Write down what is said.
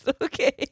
Okay